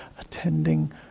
attending